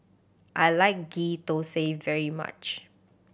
I like Ghee Thosai very much